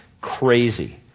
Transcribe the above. crazy